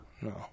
no